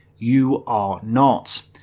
you are not.